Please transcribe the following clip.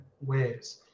ways